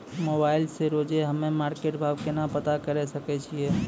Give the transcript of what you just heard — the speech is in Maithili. मोबाइल से रोजे हम्मे मार्केट भाव केना पता करे सकय छियै?